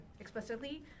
explicitly